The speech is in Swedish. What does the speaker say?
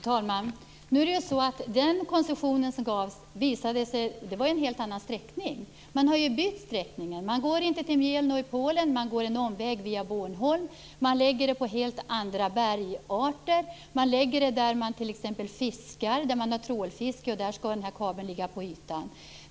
Fru talman! Det visade sig att den koncession som gavs avsåg en helt annan sträckning. Man har alltså bytt sträckning. Man går inte till Mielno i Polen utan går en omväg via Bornholm. Man lägger kabeln på helt andra bergarter och i fiskeområden, t.ex. där det bedrivs trålfiske. Där skall kabeln ligga på ytan.